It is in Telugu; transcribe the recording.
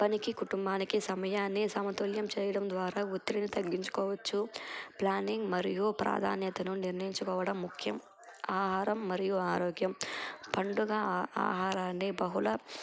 పనికి కుటుంబానికి సమయాన్ని సమతుల్యం చేయడం ద్వారా వత్తిడిని తగ్గించుకోవచ్చు ప్లానింగ్ మరియు ప్రాధాన్యతను నిర్ణయించుకోవడం ముఖ్యం ఆహారం మరియు ఆరోగ్యం పండుగ ఆహారాన్ని బహుళ